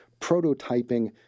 prototyping